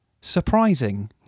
Surprising